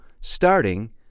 starting